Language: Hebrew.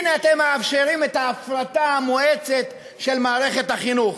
הנה אתם מאפשרים את ההפרטה המואצת של מערכת החינוך.